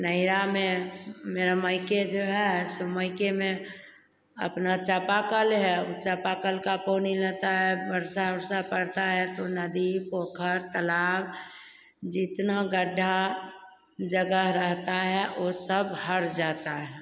नया में मेरा माइके जो है सो माइके में अपना चापाकल है ऊ चापाकल का पानी है वर्षा उर्षा पड़ता है तो नदी पोखर तालाब जितना गड्ढा जगह रहता है ओ सब हर जाता है